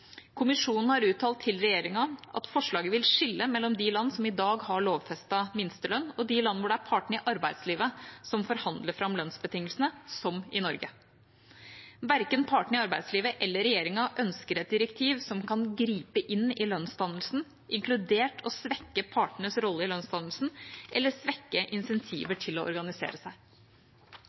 Kommisjonen har uttalt til regjeringa at forslaget vil skille mellom de land som i dag har lovfestet minstelønn, og de land hvor det er partene i arbeidslivet som forhandler fram lønnsbetingelsene, som i Norge. Verken partene i arbeidslivet eller regjeringa ønsker et direktiv som kan gripe inn i lønnsdannelsen, inkludert å svekke partenes rolle i lønnsdannelsen eller svekke insentiver til å organisere seg.